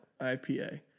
IPA